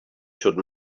should